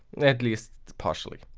at least partially.